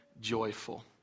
joyful